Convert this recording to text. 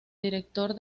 director